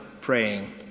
praying